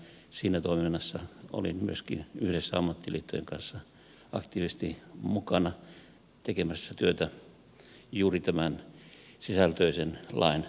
siinä toiminnassa olin myöskin yhdessä ammattiliittojen kanssa aktiivisesti mukana tekemässä työtä juuri tämänsisältöisen lain aikaansaamiseksi